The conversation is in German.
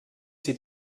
sie